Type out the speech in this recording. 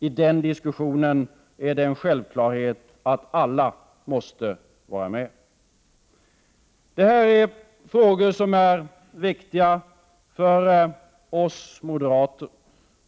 I den diskussionen måste självfallet alla få vara med. Det här är frågor som är viktiga för oss moderater.